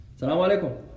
Assalamualaikum